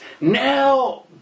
now